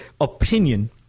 opinion